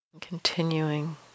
Continuing